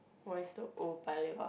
what is the old Paya-Lebar